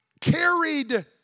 carried